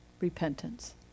repentance